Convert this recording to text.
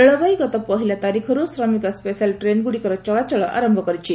ରେଳବାଇ ଗତ ପହିଲା ତାରିଖରୁ ଶ୍ରମିକ ସ୍ବେଶାଲ ଟ୍ରେନ୍ଗୁଡ଼ିକର ଚଳାଚଳ ଆରମ୍ଭ କରିଛି